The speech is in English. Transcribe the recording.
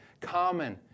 common